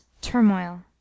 turmoil